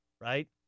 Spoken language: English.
right